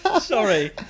Sorry